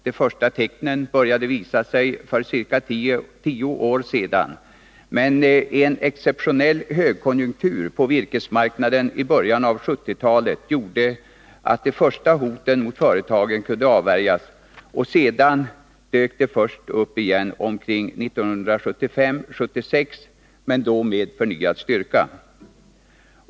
De första tecknen började visa sig för ca tio år sedan, men en exceptionell högkonjunktur på virkesmarknaden i början av 1970-talet gjorde att de första hoten mot företaget kunde avvärjas. Sedan dök hotet upp igen 1975-1976 — då med förnyad styrka.